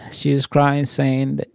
she was crying, saying that,